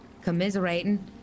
commiserating